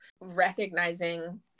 recognizing